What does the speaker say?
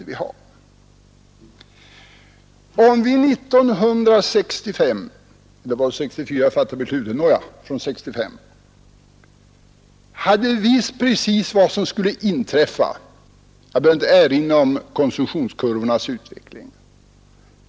Om vi, när vi 1964 fattade beslutet i den här frågan, hade vetat precis vad som skulle hända hade vi säkert inte beslutat om frisläppande av mellanölet. — Jag behöver inte erinra om konsumtionskurvornas utveckling.